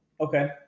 okay